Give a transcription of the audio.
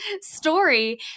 story